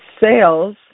sales